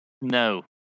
No